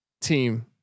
team